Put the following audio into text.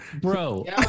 Bro